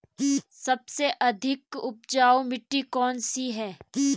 सबसे अधिक उपजाऊ मिट्टी कौन सी है?